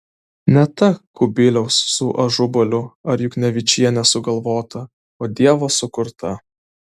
ne ta kubiliaus su ažubaliu ar juknevičiene sugalvota o dievo sukurta